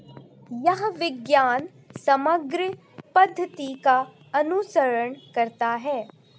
यह विज्ञान समग्र पद्धति का अनुसरण करता है